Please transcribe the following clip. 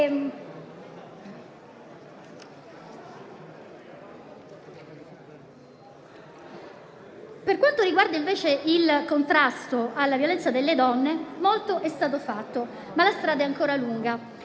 Per quanto riguarda invece il contrasto alla violenza sulle donne, molto è stato fatto, ma la strada è ancora lunga.